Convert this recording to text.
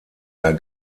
der